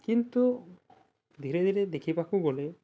କିନ୍ତୁ ଧୀରେ ଧୀରେ ଦେଖିବାକୁ ଗଲେ